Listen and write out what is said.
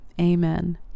amen